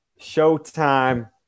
Showtime